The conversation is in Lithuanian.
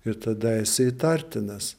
ir tada esi įtartinas